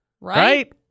right